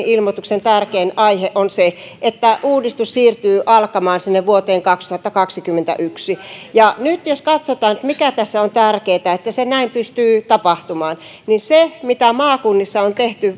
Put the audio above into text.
ilmoituksen tärkein aihe on se että uudistus siirtyy alkamaan sinne vuoteen kaksituhattakaksikymmentäyksi että nyt jos katsotaan mikä tässä on tärkeää että se näin pystyy tapahtumaan niin se että sille mitä valmistelutyötä maakunnissa on tehty